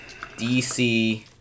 DC